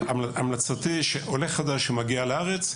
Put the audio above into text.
המלצתי היא שעולה חדש שמגיע לארץ,